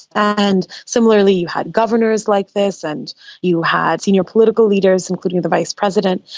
and similarly you had governors like this and you had senior political leaders, including the vice president,